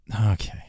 Okay